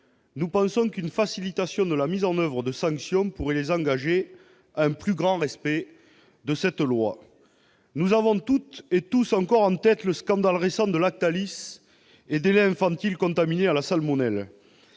Nous pensons qu'une facilitation de la mise en oeuvre de sanctions pourrait les engager à un plus grand respect de cette loi. Nous avons toutes et tous encore en tête le scandale récent de Lactalis et des laits infantiles contaminés à la salmonelle.